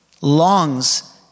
longs